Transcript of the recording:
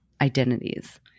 identities